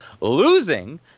losing